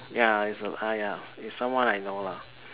ya is a !aiya! is someone I know lah